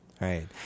Right